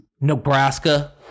Nebraska